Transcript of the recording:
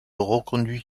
reconduit